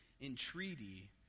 entreaty